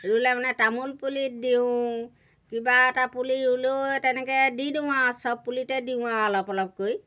ৰুলে মানে তামোল পুলিত দিওঁ কিবা এটা পুলি ৰুলেও তেনেকৈ দি দিওঁ আৰু চব পুলিতে দিওঁ আৰু অলপ অলপকৈ